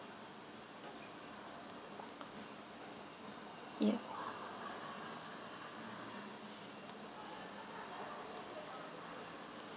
yes